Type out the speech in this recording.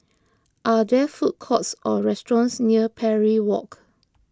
are there food courts or restaurants near Parry Walk